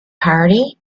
party